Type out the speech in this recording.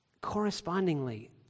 Correspondingly